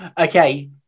okay